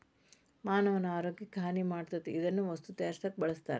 ಮಾನವನ ಆರೋಗ್ಯಕ್ಕ ಹಾನಿ ಮಾಡತತಿ ಇದನ್ನ ವಸ್ತು ತಯಾರಸಾಕು ಬಳಸ್ತಾರ